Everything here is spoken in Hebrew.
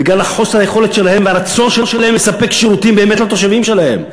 בגלל חוסר היכולת שלהם והרצון שלהם לספק שירותים באמת לתושבים שלהם.